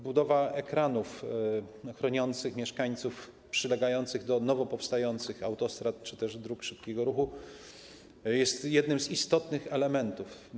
Budowa ekranów chroniących mieszkańców budynków przylegających do nowo powstających autostrad czy dróg szybkiego ruchu jest jednym z istotnych elementów.